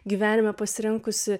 gyvenime pasirinkusi